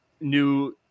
new